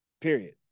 period